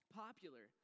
popular